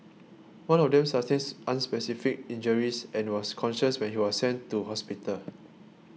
one of them sustains unspecified injuries and was conscious when he was sent to hospital